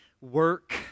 work